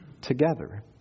together